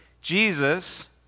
Jesus